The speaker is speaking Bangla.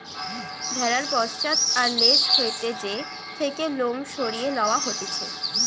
ভেড়ার পশ্চাৎ আর ল্যাজ হইতে যে থেকে লোম সরিয়ে লওয়া হতিছে